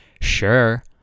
sure